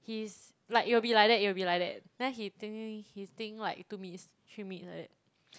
he's like it will be like it will be like that then he think he think like two minutes three minutes like that